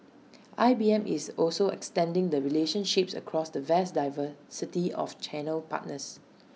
I B M is also extending the relationships across the vast diversity of channel partners